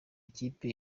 ikipe